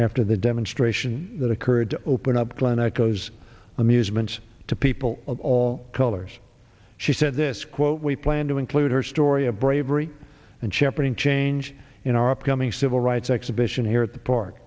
after the demonstration that occurred to open up glen echo those amusements to people of all colors she said this quote we plan to include her story of bravery and shepherding change in our upcoming civil rights exhibition here at the park